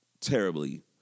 terribly